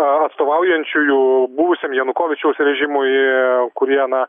atstovaujančiųjų buvusiam janukovyčiaus režimui kurie na